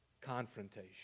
confrontation